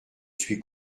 suis